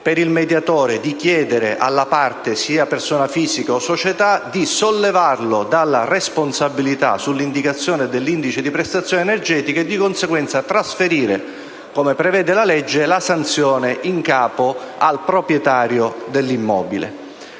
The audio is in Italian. per il mediatore di chiedere alla parte – persona fisica o societa– di sollevarlo dalla responsabilita relativa all’indicazione dell’indice di prestazione energetica, trasferendo, di conseguenza (come prevede la legge), la sanzione in capo al proprietario dell’immobile.